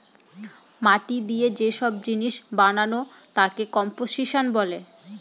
মাটি দিয়ে যে সব জিনিস বানানো তাকে কম্পোসিশন বলে